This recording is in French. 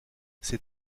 ces